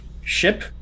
ship